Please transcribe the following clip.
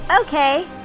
Okay